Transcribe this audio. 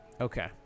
Okay